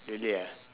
really ah